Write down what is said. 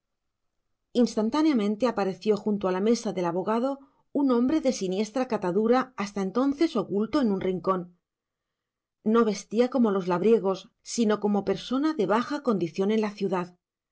instantáneamente apareció junto a la mesa del abogado un hombre de siniestra catadura hasta entonces oculto en un rincón no vestía como los labriegos sino como persona de baja condición en la ciudad